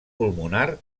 pulmonar